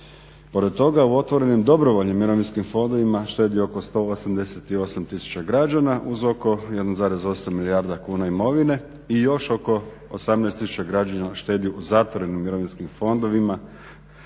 Pored toga u otvorenim dobrovoljnim mirovinskim fondovima štedi oko 188 tisuća građana uz oko 1,8 milijarda kuna imovine i još oko 18 tisuća građana štedi u zatvorenim mirovinskim fondovima